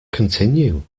continue